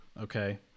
Okay